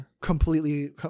completely